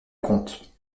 comte